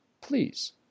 please